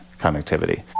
connectivity